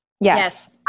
Yes